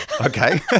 Okay